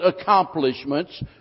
accomplishments